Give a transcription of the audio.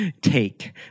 Take